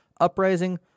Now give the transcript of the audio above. Uprising